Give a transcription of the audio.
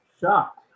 shocked